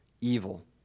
Evil